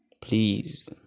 Please